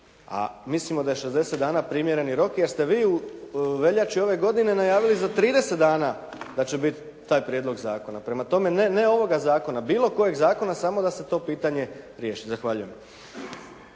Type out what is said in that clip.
A mislimo da je 60 dana primjereni rok jer ste vi u veljači ove godine najavili za 30 dana da će biti taj prijedlog zakona. Prema tome, ne ovoga zakona, bilo kojeg zakona samo da se to pitanje riješi. Zahvaljujem.